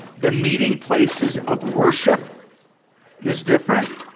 the meeting places of worship is different.